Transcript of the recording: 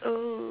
oh